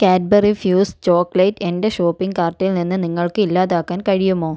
Cadbury Fuse chocolate എന്റെ shopping കാർട്ടിൽ നിന്ന് നിങ്ങൾക്ക് ഇല്ലാതാക്കാൻ കഴിയുമോ